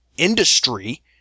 industry